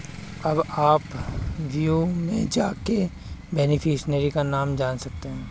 अब आप व्यू में जाके बेनिफिशियरी का नाम जान सकते है